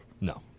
No